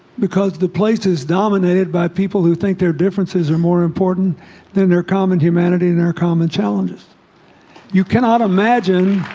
because the place is dominated by people who think their differences are more important than their common humanity and their common challenges you cannot imagine